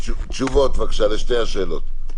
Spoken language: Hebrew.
תשובות בבקשה לשתי השאלות.